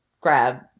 grab